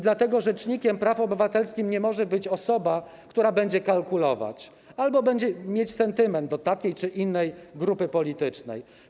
Dlatego rzecznikiem praw obywatelskich nie może być osoba, która będzie kalkulować albo będzie mieć sentyment do takiej czy innej grupy politycznej.